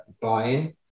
buying